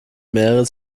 mehrere